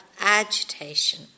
agitation